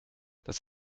das